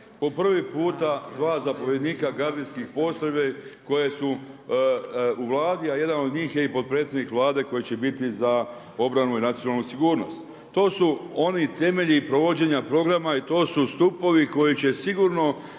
po prvi puta dva zapovjednika gardijskih postrojbi koji su u Vladi a jedan od njih je i potpredsjednik Vlade koji će biti za obranu i nacionalnu sigurnost. To su oni temelji provođenja programa i to su stupovi koji će sigurno